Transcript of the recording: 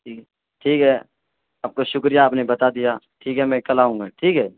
ٹھیک ہے ٹھیک ہے آپ کو شکریہ آپ نے بتا دیا ٹھیک ہے میں کل آؤں گا ٹھیک ہے